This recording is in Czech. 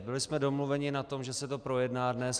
Byli jsme domluveni na tom, že se to projedná dnes.